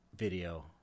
video